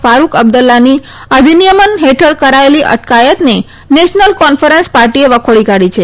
ફારૂક અબ્દુલ્લાની અધિનિયમ હેઠળ કરાયેલી અટકાયતને નેશનલ કોન્ફરન્સ પાર્ટીએ વખોડી કાઢી છે